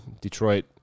Detroit